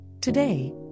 Today